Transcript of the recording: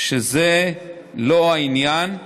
שזה לא העניין,